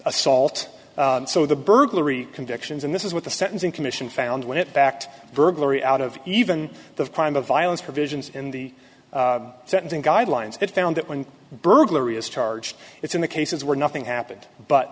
assault so the burglary convictions and this is what the sentencing commission found when it backed burglary out of even the crime of violence provisions in the sentencing guidelines that found that when burglary is charged it's in the cases where nothing happened but